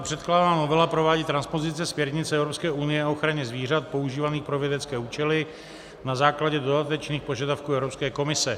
Předkládaná novela provádí transpozici směrnice EU o ochraně zvířat používaných pro vědecké účely na základě dodatečných požadavků Evropské komise.